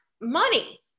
money